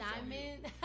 Diamond